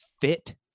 fit